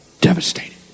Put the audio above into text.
Devastated